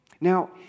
Now